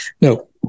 No